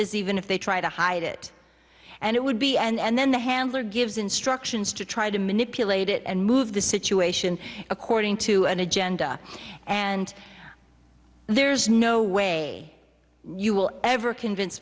is even if they try to hide it and it would be and then the handler gives instructions to try to manipulate it and move the situation according to an agenda and there's no way you will ever convince